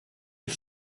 ich